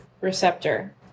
receptor